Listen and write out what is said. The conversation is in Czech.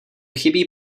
chybí